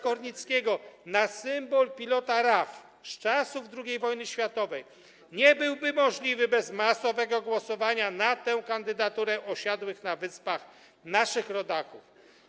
Kornickiego, na symbol pilota RAF z czasów II wojny światowej nie byłby możliwy bez masowego głosowania na tę kandydaturę osiadłych na Wyspach naszych rodaków.